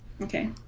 Okay